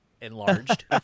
enlarged